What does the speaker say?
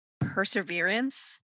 perseverance